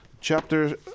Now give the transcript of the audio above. chapter